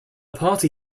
party